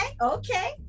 Okay